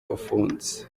ufunze